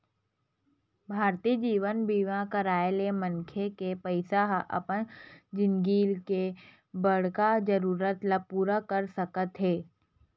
भारतीय जीवन बीमा कराय ले मनखे के पइसा ह अपन जिनगी के बड़का जरूरत ल पूरा कर सकत हे